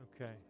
Okay